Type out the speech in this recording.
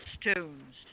stones